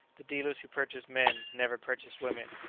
the dealers who purchase men never purchase women.